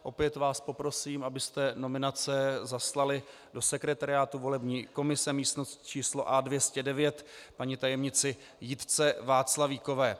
Opět vás poprosím, abyste nominace zaslali do sekretariátu volební komise, místnost číslo A209, paní tajemnici Jitce Václavíkové.